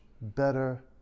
better